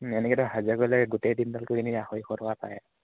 এনেকৈতো হাজিৰা কৰিলে গোটেই দিনডাল কৰি এনেই আঢ়ৈশ টকা পায়